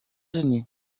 unis